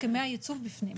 הסכמי הייצוב בפנים.